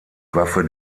waffe